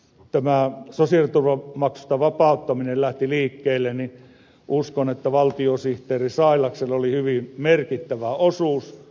tämä ansio tulo makseta vapauttaminen lähti kaiken kaikkiaan uskon että valtiosihteeri sailaksella oli hyvin merkittävä osuus kun tämä sosiaaliturvamaksusta vapauttaminen lähti liikkeelle